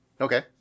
Okay